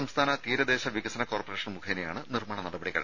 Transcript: സംസ്ഥാന തീരദേശ വികസന കോർപ്പറേഷൻ മുഖേനയാണ് നിർമ്മാണ നടപടികൾ